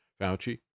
Fauci